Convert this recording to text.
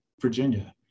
Virginia